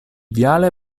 viale